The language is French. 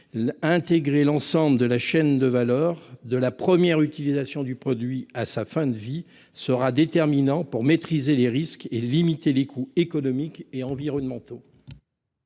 Intégrer l'ensemble de la chaîne de valeur, de la première utilisation du produit à sa fin de vie, sera déterminant pour maîtriser les risques et limiter les coûts économiques et environnementaux.